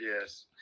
Yes